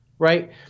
Right